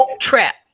trap